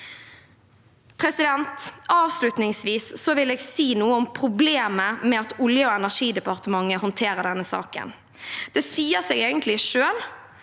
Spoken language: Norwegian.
stykket? Avslutningsvis vil jeg si noe om problemet med at Olje- og energidepartementet håndterer denne saken. Det sier seg egentlig selv: